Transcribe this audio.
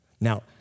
Now